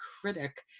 critic